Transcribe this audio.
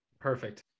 Perfect